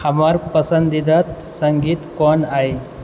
हमर पसन्दीदा सङ्गीत कोन अइ